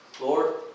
Lord